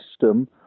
system